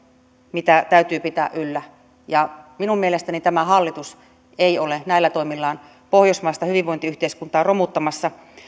mitä täytyy pitää yllä ja minun mielestäni tämä hallitus ei ole näillä toimillaan pohjoismaista hyvinvointiyhteiskuntaa romuttamassa